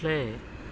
play